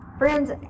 Friends